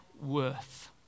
worth